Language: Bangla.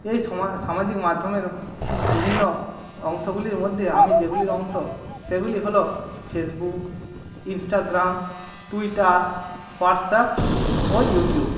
এই সামাজিক মাধ্যমের বিভিন্ন অংশগুলির মধ্যে আমি যেগুলির অংশ সেগুলি হলো ফেসবুক ইন্সটাগ্রাম টুইটার হোয়াটসআপ ও ইউটিউব